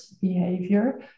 behavior